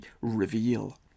reveal